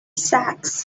sacks